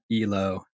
ELO